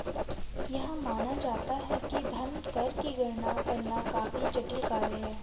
यह माना जाता है कि धन कर की गणना करना काफी जटिल कार्य है